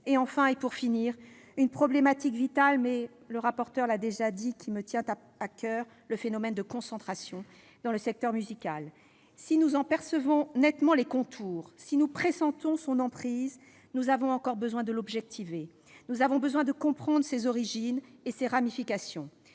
finir, j'évoquerai un problème vital- M. le rapporteur l'a déjà abordé -, qui me tient à coeur : le phénomène de concentration dans le secteur musical. Si nous en percevons nettement les contours, si nous en pressentons l'emprise, nous avons encore besoin de l'objectiver. Nous avons besoin de comprendre ses origines et ses ramifications.